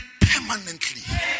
permanently